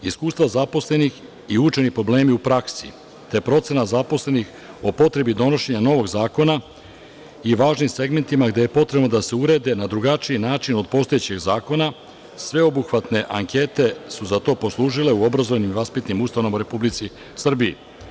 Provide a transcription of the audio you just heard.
Iskustva zaposlenih i učeni problemi u praksi te je procena zaposlenih o potrebi donošenja novog zakona i važnim segmentima gde je potrebno da se urede na drugačiji način od postojećeg zakona sveobuhvatno ankete su za to poslužile u obrazovno-vaspitnim ustanovama u Republici Srbiji.